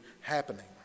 happening